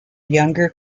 younger